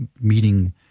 meeting